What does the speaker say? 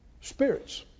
spirits